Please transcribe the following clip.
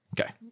Okay